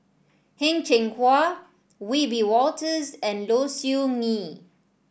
Heng Cheng Hwa Wiebe Wolters and Low Siew Nghee